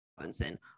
Robinson